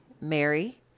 Mary